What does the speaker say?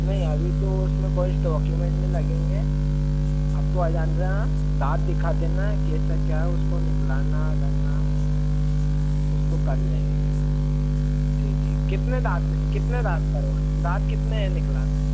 नहीं अभी तो उसमें कुछ डॉक्युमेन्ट नि लगेंगे आप तो आ जाना दाँत दिखा देना कैसा क्या है उसको निकलाना धरना उसको कर लेंगे जी जी कितने दाँत कितने दाँत करवाना है दाँत कितने निकलाना है